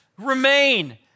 remain